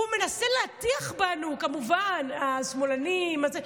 הוא מנסה להטיח בנו, כמובן, שמאלנים וזה.